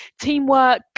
teamwork